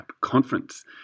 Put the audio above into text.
conference